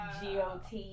GOT